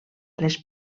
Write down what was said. les